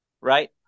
Right